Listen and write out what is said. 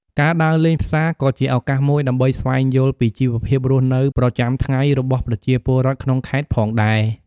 ការដើរលេងផ្សារក៏ជាឱកាសមួយដើម្បីស្វែងយល់ពីជីវភាពរស់នៅប្រចាំថ្ងៃរបស់ប្រជាពលរដ្ឋក្នុងខេត្តផងដែរ។